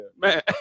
Man